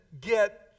get